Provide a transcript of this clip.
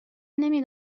نمی